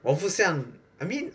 我不像 I mean